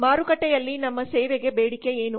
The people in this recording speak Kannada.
ಮಾರುಕಟ್ಟೆಯಲ್ಲಿ ನಮ್ಮ ಸೇವೆಗೆ ಬೇಡಿಕೆ ಏನು